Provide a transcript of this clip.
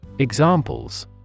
Examples